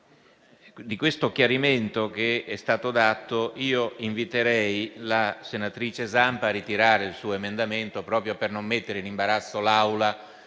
di questo chiarimento che è stato dato, inviterei la senatrice Zampa a ritirare l'emendamento 4.301, proprio per non mettere in imbarazzo l'Assemblea